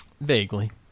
Vaguely